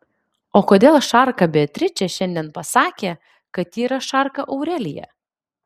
o kodėl šarka beatričė šiandien pasakė kad ji yra šarka aurelija